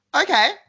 Okay